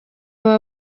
aba